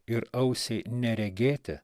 ir ausiai neregėti